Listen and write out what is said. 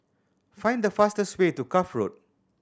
find the fastest way to Cuff Road